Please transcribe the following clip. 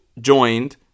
joined